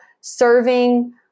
serving